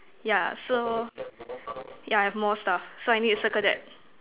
yeah so yeah I have more stuff so I need to circle that